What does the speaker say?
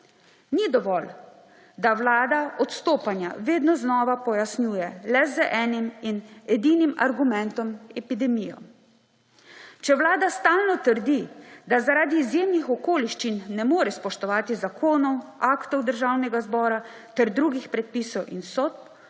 Ni dovolj, da vlada odstopanja vedno znova pojasnjuje le z enim in edinim argumentom – epidemijo. Če vlada stalno trdi, da zaradi izjemnih okoliščin ne more spoštovati zakonov, aktov Državnega zbora ter drugih predpisov in sodb,